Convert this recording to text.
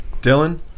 Dylan